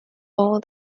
all